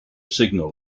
signal